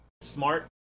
smart